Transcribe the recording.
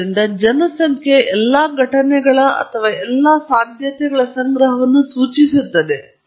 ಆದ್ದರಿಂದ ಜನಸಂಖ್ಯೆ ಎಲ್ಲಾ ಘಟನೆಗಳ ಅಥವಾ ಸಾಧ್ಯತೆಗಳ ಸಂಗ್ರಹವನ್ನು ಸೂಚಿಸುತ್ತದೆ